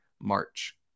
March